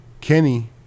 Kenny